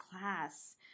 class